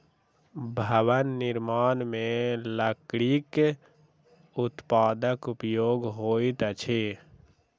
भवन निर्माण मे लकड़ीक उत्पादक उपयोग होइत अछि